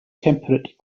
temperate